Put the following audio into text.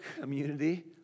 community